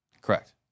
Correct